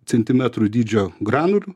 centimetrų dydžio granulių